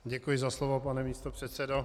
Děkuji za slovo, pane místopředsedo.